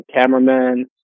cameraman